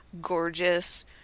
gorgeous